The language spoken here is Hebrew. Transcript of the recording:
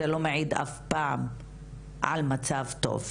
וזה לא מעיד אף פעם על מצב טוב.